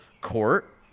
court